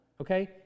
okay